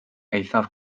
eithaf